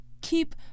keep